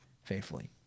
faithfully